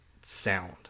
sound